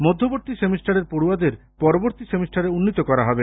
মধ্যবর্তী সেমিস্টারের পড়ুয়াদের পরবর্তী সেমিস্টারে উন্নীত করা হবে